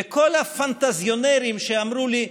וכל הפנטזיונרים שאמרו לי: